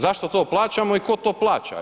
Zašto to plaćamo i tko to plaća?